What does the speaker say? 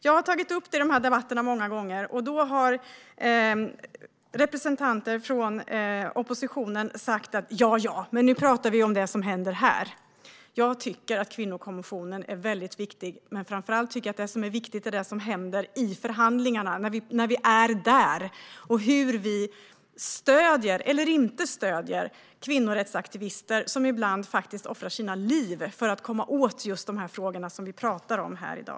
Jag har tagit upp det i de här debatterna många gånger, och då har representanter från oppositionen sagt att jaja, men nu pratar vi ju om det som händer här. Jag tycker att kvinnokommissionen är väldigt viktig, men framför allt tycker jag att det som är viktigt är det som händer i förhandlingarna, när vi är där, och hur vi stöder eller inte stöder kvinnorättsaktivister som ibland faktiskt offrar sina liv för att komma åt just de frågor som vi pratar om här i dag.